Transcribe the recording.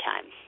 time